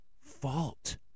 fault